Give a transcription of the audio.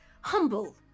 humble